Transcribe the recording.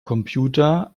computer